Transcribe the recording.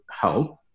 help